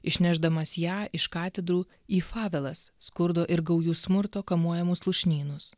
išnešdamas ją iš katedrų į favelas skurdo ir gaujų smurto kamuojamus lūšnynus